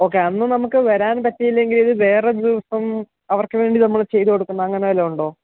okay അന്ന് നമുക്ക് വരാൻ പറ്റിയില്ലെങ്കിലിത് വേറെ ദിവസം അവർക്കു വേണ്ടി നമ്മൾ ചെയ്തു കൊടുക്കുന്നു അങ്ങനെവല്ലതുമുണ്ടോ